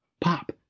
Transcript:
pop